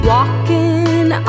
Walking